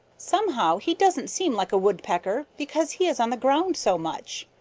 somehow he doesn't seem like a woodpecker because he is on the ground so much.